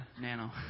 Nano